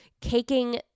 caking